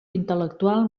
intel·lectual